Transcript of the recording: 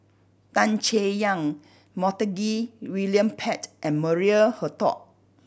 Tan Chay Yan Montague William Pett and Maria Hertogh